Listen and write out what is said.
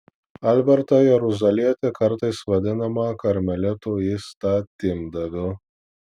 albertą jeruzalietį kartais vadinamą karmelitų įstatymdaviu